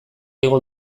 igo